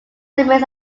remains